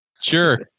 Sure